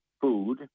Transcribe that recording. food